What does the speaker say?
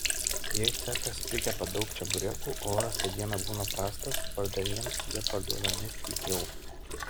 jei cechas prikepa daug čeburekų o oras tą dieną būna prastas pardavėjams jie parduodami pigiau